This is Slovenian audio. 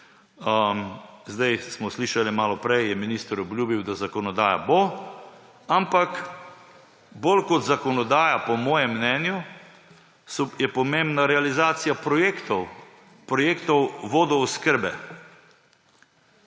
zdaj smo slišali malo prej, je minister obljubil, da zakonodaja bo, ampak bolj kot zakonodaja, po mojem mnenju, je pomembna realizacija projektov vodooskrbe,